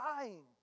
dying